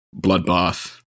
bloodbath